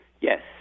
Yes